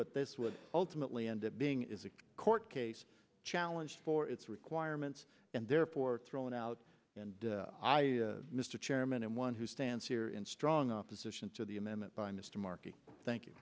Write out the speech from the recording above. what this will ultimately end up being is a court case challenge for its requirements and therefore thrown out and i mr chairman and one who stands here in strong opposition to the amendment by mr markey thank